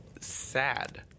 sad